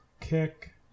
kick